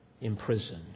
imprisoned